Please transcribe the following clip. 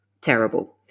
terrible